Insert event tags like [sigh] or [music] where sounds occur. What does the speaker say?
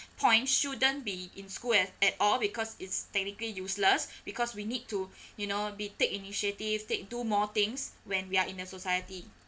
point shouldn't be in school and at all because it's technically useless [breath] because we need to [breath] you know we take initiative take do more things when we are in the society